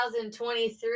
2023